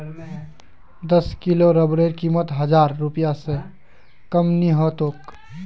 दस किलो रबरेर कीमत हजार रूपए स कम नी ह तोक